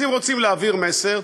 אז אם רוצים להעביר מסר,